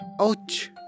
Ouch